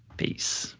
peace.